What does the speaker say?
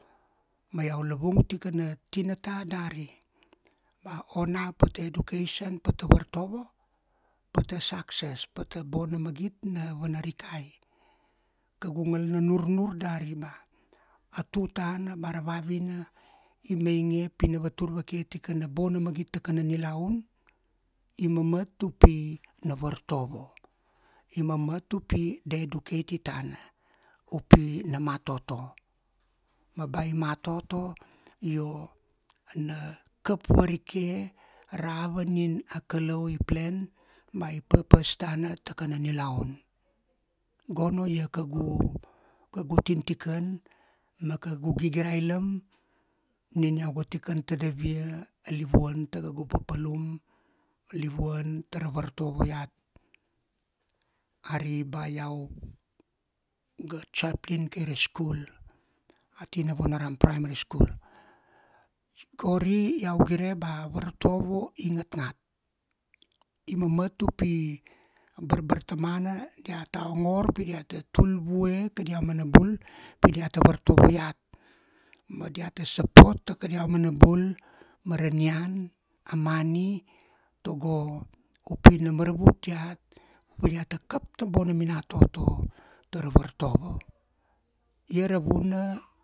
Ma iau la vung tikana tinata dari, ba ona pata education, pata vartovo, pata success, pata bona magit na vanarikai. Kaugu ngalana nurnur dari ba a tutana bara vavina i mainge pi na vatur vake tikana bona magit ta kana nilaun, i mamat upi na wartovo. i mamat upi da educatitana upi na matoto. Ma ba i matoto, io na kap varike ra ava nin a kalau i plan ba i purpose tana ta kana nilaun. Gono ia kaugu kaugu tintikan ma kaugu gigirailam nin iau ga tikan tadav ia livian ta kaugu papalum livuan tara vartovo iat. Ari ba iau ga chaplin kai ra school ati Navunaram Primary School. Gori iau gire ba vartovo i ngatngat. I mamat upi barbartamana diata ongor pi diata tul vue kadia mana bul pi diata vartovo iat, ma diata support ta kadia mana bul mara nian, a mani tago upi na maravut diat upi na maravut diat pi diata kap ta bona minatoto ta ra vartovo ia ra vuna.